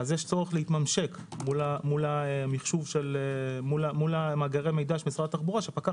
אז יש צורך להתממשק מול מאגרי המידע של משרד התחבורה שפקח